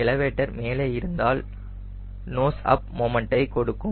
elevator மேலே இருந்தால் nose up moment ஐ கொடுக்கும்